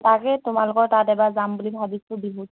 তাকে তোমালোকৰ তাত এইবাৰ যাম বুলি ভাবিছোঁ বিহুত